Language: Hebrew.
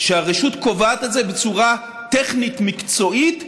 שהרשות קובעת את זה בצורה טכנית מקצועית,